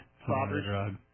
Poppers